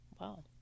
wow